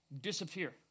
disappear